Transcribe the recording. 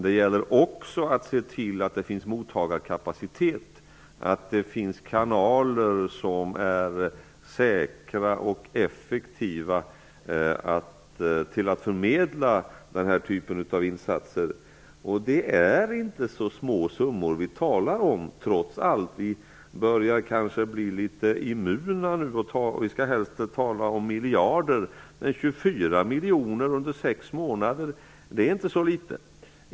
Det gäller också att se till att det finns mottagarkapacitet och kanaler som är säkra och effektiva för att förmedla den här typen av insatser. Det är trots allt inte så små summor vi talar om. Vi börjar kanske bli litet immuna nu. Vi skall helst tala om miljarder. Men 24 miljoner under sex månader är inte så litet.